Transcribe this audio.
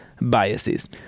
biases